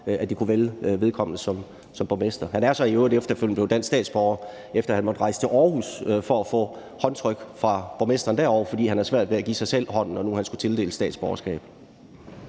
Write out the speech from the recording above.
at de kunne vælge vedkommende som borgmester. Han er så i øvrigt efterfølgende blevet dansk statsborger, efter at han måtte rejse til Aarhus for at få håndtryk fra borgmesteren derovre, fordi han havde svært ved at give sig selv hånden, når nu han skulle tildeles statsborgerskab.